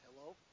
Hello